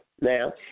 now